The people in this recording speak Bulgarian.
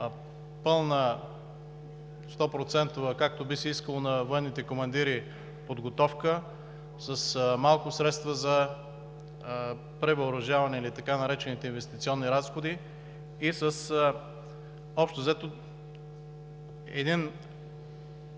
както би се искало на военните командири, подготовка, с малко средства за превъоръжаване или така наречените „инвестиционни разходи“ и с общо взето един